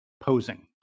posing